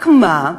רק מה?